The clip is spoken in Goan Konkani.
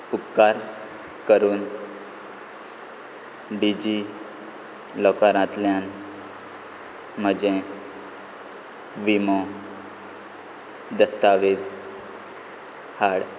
उपकार करून डिजी लॉकारांतल्यान म्हजे विमो दस्तावेज हाड